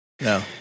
No